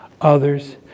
others